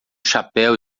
chapéu